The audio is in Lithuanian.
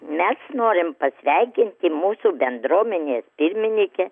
mes norim pasveikinti mūsų bendruomenės pirmininkę